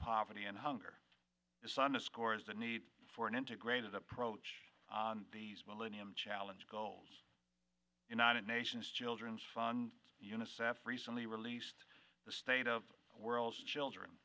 poverty and hunger this underscores the need for an integrated approach these millennium challenge goals united nations children's fund unicef recently released the state of the world's children